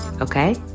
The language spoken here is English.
Okay